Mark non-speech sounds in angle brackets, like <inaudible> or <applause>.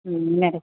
ಹ್ಞೂ <unintelligible>